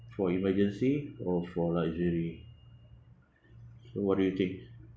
for emergency or for luxury what do you think